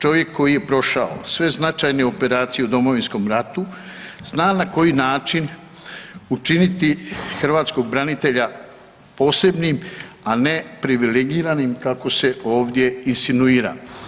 Čovjek koji je prošao sve značajne operacije u Domovinskom ratu zna na koji način učiniti hrvatskog branitelja posebnim, a ne privilegiranim kako se ovdje insinuira.